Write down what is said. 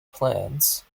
plans